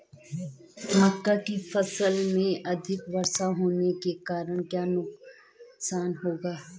मक्का की फसल में अधिक वर्षा होने के कारण क्या नुकसान होगा?